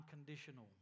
unconditional